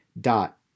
dot